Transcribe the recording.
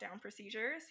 procedures